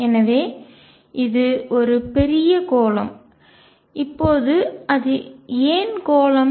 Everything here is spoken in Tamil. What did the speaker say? எனவே இது ஒரு பெரிய கோளம் இப்போது அது ஏன் கோளம்